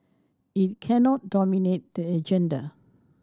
it cannot dominate the agenda